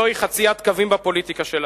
זוהי חציית קווים בפוליטיקה שלנו.